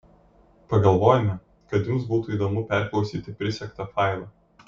pagalvojome kad jums būtų įdomu perklausyti prisegtą failą